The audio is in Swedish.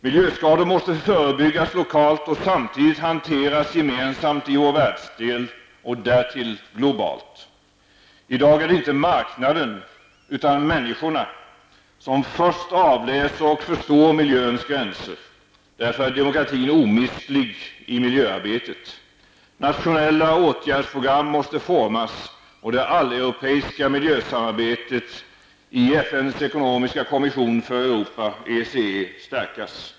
Miljöskador måste förebyggas lokalt och samtidigt hanteras gemensamt i vår världsdel -- och därtill globalt. I dag är det inte marknaden, utan människorna, som först avläser och förstår miljöns gränser. Därför är demokratin omistlig i miljöarbetet. Nationella åtgärdsprogram måste formas, och det alleuropeiska miljösamarbetet i FNs ekonomiska kommission för Europa, ECE, måste stärkas.